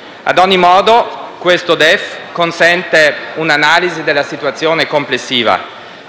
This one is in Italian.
DEF in discussione consente un'analisi della situazione complessiva: